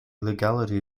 legality